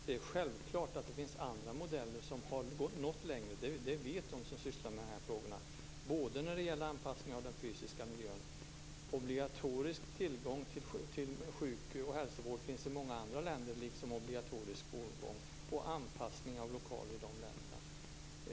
Det är självklart att det finns andra modeller som har nått längre - det vet de som sysslar med de här frågorna - när det gäller anpassning av den fysiska miljön. Obligatorisk tillgång till sjuk och hälsovård finns i många andra länder, liksom obligatorisk skolgång och anpassning av lokaler.